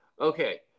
Okay